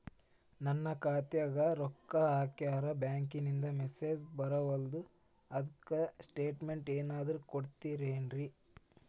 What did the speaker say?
ನನ್ ಖಾತ್ಯಾಗ ರೊಕ್ಕಾ ಹಾಕ್ಯಾರ ಬ್ಯಾಂಕಿಂದ ಮೆಸೇಜ್ ಬರವಲ್ದು ಅದ್ಕ ಸ್ಟೇಟ್ಮೆಂಟ್ ಏನಾದ್ರು ಕೊಡ್ತೇರೆನ್ರಿ?